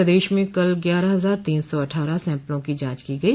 प्रदेश में कल ग्यारह हजार तीन सौ अट्ठारह सैम्पलों की जांच की गई